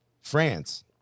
france